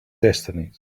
destinies